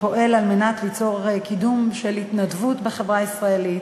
שפועל לקידום התנדבות בחברה הישראלית.